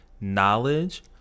knowledge